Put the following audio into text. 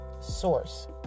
source